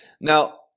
Now